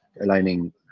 aligning